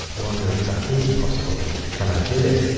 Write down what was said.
i wonder if that is possible, and can i do it?